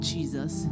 Jesus